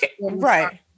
Right